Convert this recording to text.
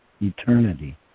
eternity